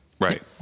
Right